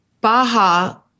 Baha